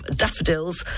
daffodils